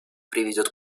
приведет